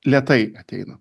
lėtai ateina